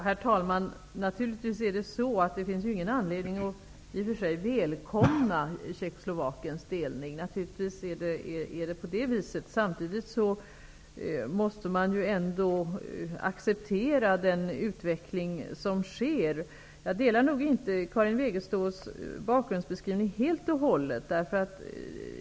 Herr talman! Det finns naturligtvis ingen anledning att välkomna Tjeckoslovakiens delning. Samtidigt måste vi ju ändå acceptera den utveckling som sker. Jag delar nog inte Karin Wegeståls bakgrundsbeskrivning helt och hållet.